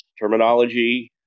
terminology